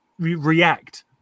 react